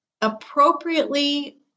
appropriately